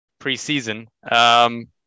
preseason